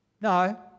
No